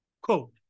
Quote